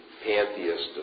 pantheist